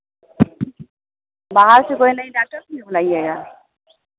बाहर से कोई नहीं जाते बुलाइएगा